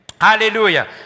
Hallelujah